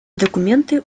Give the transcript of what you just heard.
документы